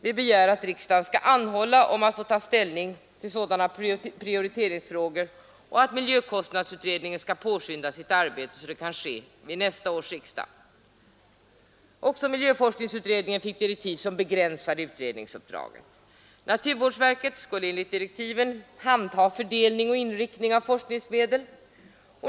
Vi begär att riksdagen skall anhålla om att få ta ställning till sådana prioriteringsfrågor och att miljökostnadsutredningen skall påskynda sitt arbete, så att detta kan ske vid nästa års riksdag. Miljöforskningsutredningen fick också direktiv som begränsade utredningsuppdraget. Naturvårdsverket skulle enligt direktiven handha fördelning och inriktning av forskningsmedel.